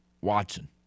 Watson